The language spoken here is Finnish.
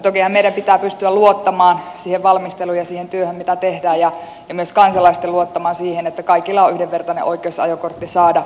tokihan meidän pitää pystyä luottamaan siihen valmisteluun ja siihen työhön mitä tehdään ja myös kansalaisten pitää pystyä luottamaan siihen että kaikilla on yhdenvertainen oikeus se ajokortti saada